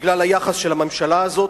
בגלל היחס של הממשלה הזאת,